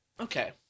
Okay